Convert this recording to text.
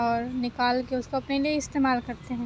اور نکال کے اُس کو اپنے لیے استعمال کرتے ہیں